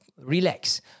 relax